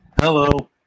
Hello